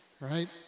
right